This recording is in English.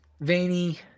veiny